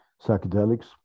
psychedelics